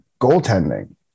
goaltending